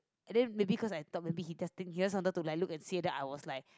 and then maybe cause I talk maybe he testing he was on the look and see then I was like